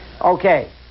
Okay